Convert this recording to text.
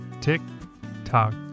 Tick-Tock